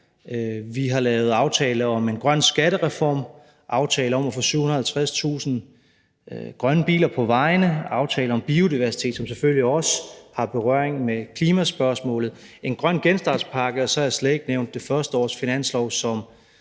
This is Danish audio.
vi har lavet aftale om en grøn skattereform, aftale om at få 750.000 grønne biler på vejene, aftale om biodiversitet, som selvfølgelig også har berøring med klimaspørgsmålet, en grøn genstartspakke, og så har jeg slet ikke nævnt det første års finanslov,